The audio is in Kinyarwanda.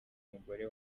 mugore